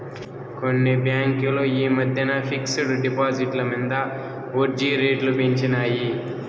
కొన్ని బాంకులు ఈ మద్దెన ఫిక్స్ డ్ డిపాజిట్ల మింద ఒడ్జీ రేట్లు పెంచినాయి